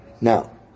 Now